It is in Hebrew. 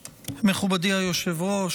היושב-ראש,